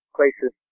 places